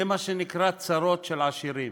זה מה שנקרא צרות של עשירים.